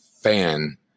fan